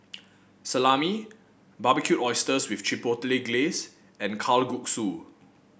Salami Barbecued Oysters with Chipotle Glaze and Kalguksu